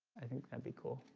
i think that'd be cool